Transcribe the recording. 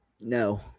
No